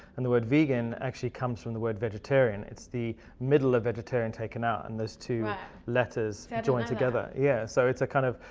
and the word vegan actually comes from the word vegetarian. it's the middle of vegetarian taken out and those two letters yeah join together. yeah so see, kind of